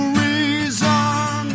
reason